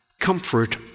comfort